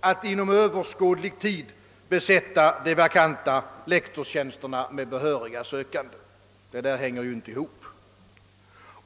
att inom överskådlig tid besätta de vakanta lektorstjänster med behöriga sökande. Detta hänger inte ihop.